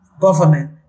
government